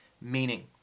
meaning